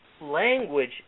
language